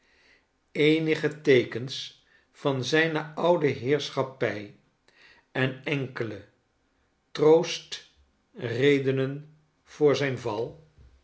eenige teekens van zijne oude heerschappij en enkele troostredenen voor zijn val